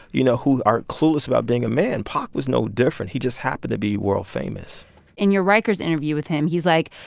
you know, who are clueless about being a man. pac was no different. he just happened to be world famous in your riker's interview with him, he's like,